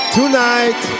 Tonight